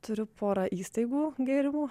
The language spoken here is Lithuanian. turiu porą įstaigų gėrimų